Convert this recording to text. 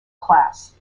class